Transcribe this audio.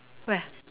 where